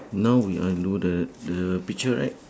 now we all do the the picture right